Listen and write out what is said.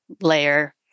layer